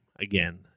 again